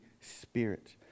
Spirit